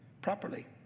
properly